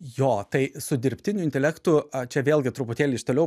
jo tai su dirbtiniu intelektu čia vėlgi truputėlį iš toliau